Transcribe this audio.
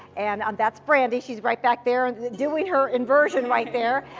and and that's brandi. she's right back there doing her inversion right there.